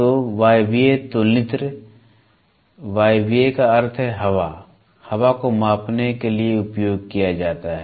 तो वायवीय तुलनित्र वायवीय का अर्थ है हवा हवा को मापने के लिए उपयोग किया जाता है